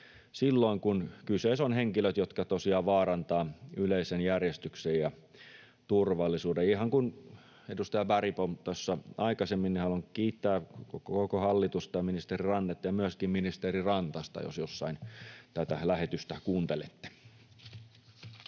silloin, kun kyseessä on henkilöt, jotka tosiaan vaarantavat yleisen järjestyksen ja turvallisuuden. Ihan kuin edustaja Bergbom tuossa aikaisemmin, haluan kiittää koko hallitusta ja ministeri Rannetta ja myöskin ministeri Rantasta, jos jossain tätä lähetystä kuuntelette.